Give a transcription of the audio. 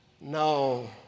No